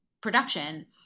production